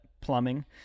plumbing